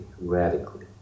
radically